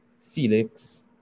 Felix